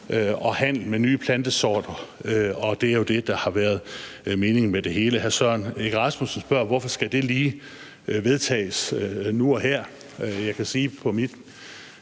og handel med nye plantesorter. Det er jo det, der har været meningen med det hele. Hr. Søren Egge Rasmussen spørger om, hvorfor det lige skal vedtages nu og her. Jeg kan sige, at